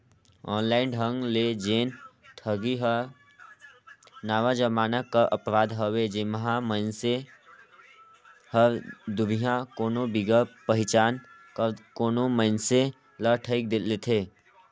online ढंग ले जेन ठगी हर नावा जमाना कर अपराध हवे जेम्हां मइनसे हर दुरिहां कोनो बिगर पहिचान कर कोनो मइनसे ल ठइग लेथे